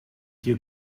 you